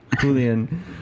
julian